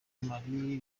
mali